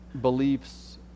beliefs